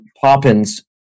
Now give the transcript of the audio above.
poppins